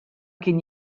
kien